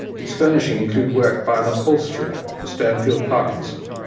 its furnishing included work by an upholsterer, stanfield parkinson,